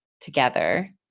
together